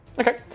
Okay